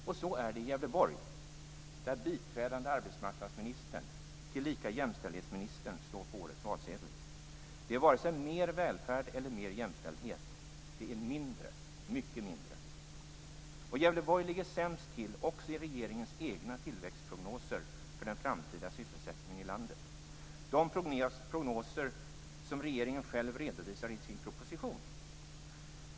Och så är det i Gävleborg, där biträdande arbetsmarknadsministern, tillika jämställdhetsministern, står på årets valsedel. Det är vare sig mer välfärd eller mer jämställdhet - det är mindre, mycket mindre. Gävleborg ligger sämst till också i regeringens egna tillväxtprognoser för den framtida sysselsättningen i landet, de prognoser som regeringen själv redovisar i sin proposition.